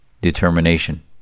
determination